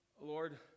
Lord